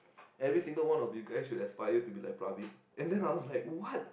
every single one of you guys should aspire to be like Praveen and then I was like what